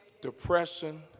depression